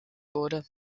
wurde